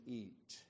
eat